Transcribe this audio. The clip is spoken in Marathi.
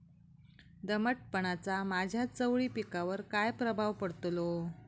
दमटपणाचा माझ्या चवळी पिकावर काय प्रभाव पडतलो?